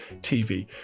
TV